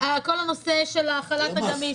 כל הנושא של החל"ת הגמיש.